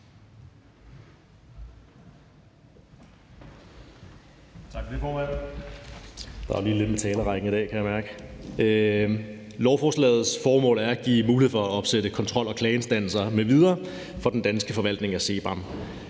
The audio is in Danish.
Lovforslagets formål er at give mulighed for at opsætte kontrol- og klageinstanser m.v. for den danske forvaltning af CBAM.